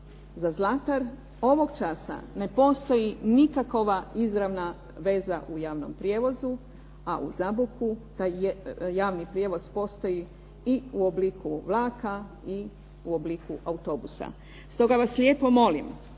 za Zlatar ovog časa ne postoji nikakva izravna veza u javnom prijevozu a u Zaboku taj javni prijevoz postoji i u obliku vlaka i u obliku autobusa. Stoga vas lijepo molim